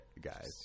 Guys